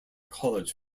college